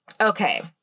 Okay